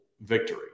victory